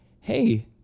hey